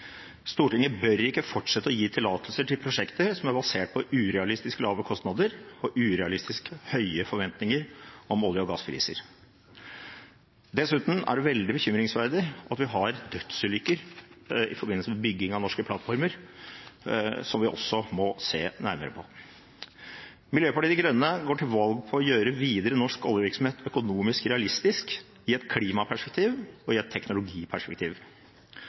Stortinget bør ikke fortsette å gi tillatelser til prosjekter som er basert på urealistisk lave kostnader og urealistisk høye forventninger om olje- og gasspriser. Dessuten er det veldig bekymringsfullt at vi har dødsulykker i forbindelse med bygging av norske plattformer, noe vi også må se nærmere på. Miljøpartiet De Grønne går til valg på å gjøre videre norsk oljevirksomhet økonomisk realistisk i et klimaperspektiv og i et teknologiperspektiv.